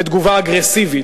ותגובה אגרסיבית.